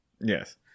Yes